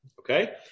Okay